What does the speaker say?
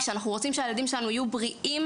אנחנו רוצים שהילדים שלנו יהיו בריאים